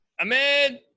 Amen